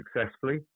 successfully